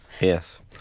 Yes